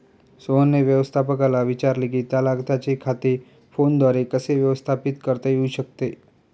सोहनने व्यवस्थापकाला विचारले की त्याला त्याचे खाते फोनद्वारे कसे व्यवस्थापित करता येऊ शकते